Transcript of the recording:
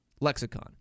lexicon